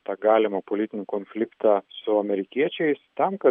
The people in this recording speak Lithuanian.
tą galimą politinį konfliktą su amerikiečiais tam kad